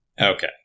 Okay